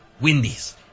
Wendy's